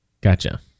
Gotcha